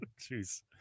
Jeez